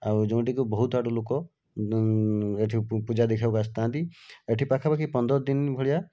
ଆଉ ଯେଉଁଠିକୁ ବହୁତ ଆଡ଼ୁ ଲୋକ ଏଠି ପୂଜା ଦେଖିବାକୁ ଆସିଥାନ୍ତି ଏଠି ପାଖପାଖି ପନ୍ଦରଦିନ ଭଳିଆ